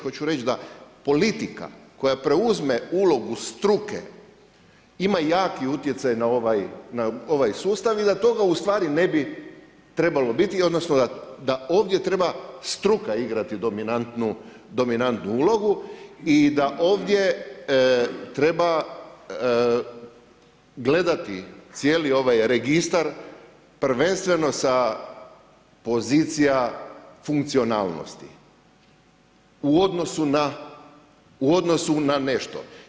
Hoću reć da politika koja preuzme ulogu struke ima jaki utjecaj na ovaj sustav i da toga ustvari ne bi trebalo biti, odnosno da ovdje treba struka igrati dominantnu ulogu i da ovdje treba gledati cijeli ovaj registar prvenstveno sa pozicija funkcionalnosti u odnosu na nešto.